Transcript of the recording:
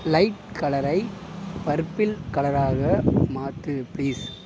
light கலரை purple கலராக மாற்று பிளீஸ்